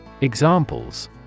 Examples